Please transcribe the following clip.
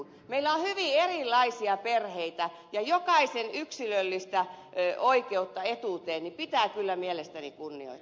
meillä on hyvin erilaisia perheitä ja jokaisen yksilöllistä oikeutta etuuteen pitää kyllä mielestäni kunnioittaa